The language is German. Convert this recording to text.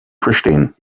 verstehen